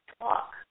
talk